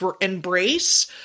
embrace